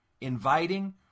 inviting